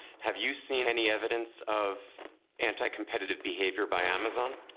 have you seen any evidence of anti-competitive behavior by amazon?